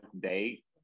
date